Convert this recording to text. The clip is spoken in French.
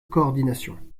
coordination